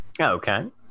Okay